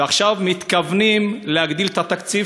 ועכשיו מתכוונים להגדיל את התקציב,